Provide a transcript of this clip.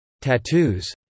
Tattoos